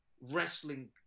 wrestling